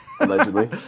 Allegedly